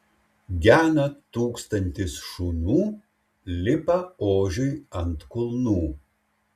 gena tūkstantis šunų lipa ožiui ant kulnų